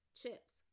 chips